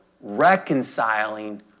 reconciling